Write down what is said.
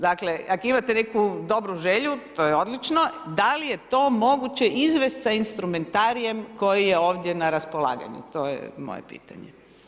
Dakle, ako imate neku dobru želju, to je odlično, da li je to moguće izvesti sa instrumentarijem koji je ovdje na raspolaganju, to je moje pitanje?